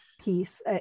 piece